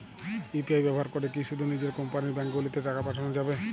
UPI ব্যবহার করে কি শুধু নিজের কোম্পানীর ব্যাংকগুলিতেই টাকা পাঠানো যাবে?